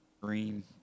Green